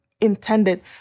intended